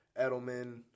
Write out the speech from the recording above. Edelman